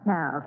Now